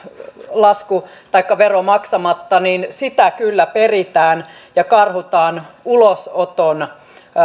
lasku taikka vero maksamatta niin sitä kyllä peritään ja karhutaan ulosoton